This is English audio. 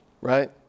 right